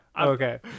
okay